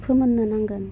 फोमोन्नो नांगोन